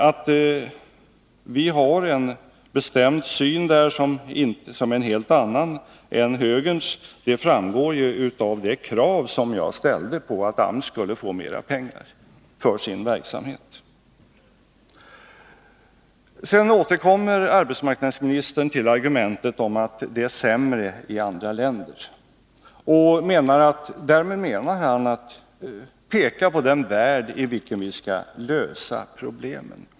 Att vi där har en bestämd syn som är en helt annan än högerns framgår av det krav jag ställde på att AMS skulle få mera pengar för sin verksamhet. Arbetsmarknadsministern återkom till argumentet att det är sämre i andra länder. Därmed menar han att peka på den värld i vilken vi skall lösa problemen.